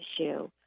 issue